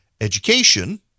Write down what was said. education